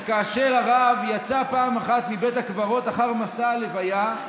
כאשר הרב יצא פעם אחת מבית הקברות אחר מסע לוויה,